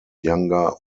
younger